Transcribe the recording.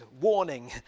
warning